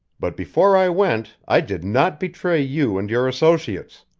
but before i went, i did not betray you and your associates.